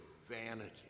vanity